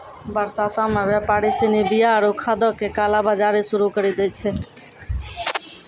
बरसातो मे व्यापारि सिनी बीया आरु खादो के काला बजारी शुरू करि दै छै